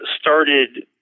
started